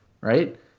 Right